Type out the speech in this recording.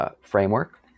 framework